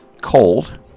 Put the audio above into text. cold